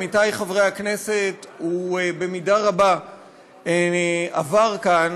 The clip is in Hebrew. עמיתי חברי הכנסת, במידה רבה עבר כאן